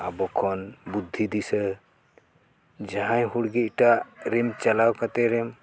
ᱟᱵᱚ ᱠᱷᱚᱱ ᱵᱩᱫᱽᱫᱷᱤ ᱫᱤᱥᱟᱹ ᱡᱟᱦᱟᱸᱭ ᱦᱩᱲᱜᱮ ᱮᱴᱟᱜ ᱨᱮᱢ ᱪᱟᱞᱟᱣ ᱠᱟᱛᱮ ᱮᱢ